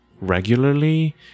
regularly